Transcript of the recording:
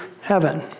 heaven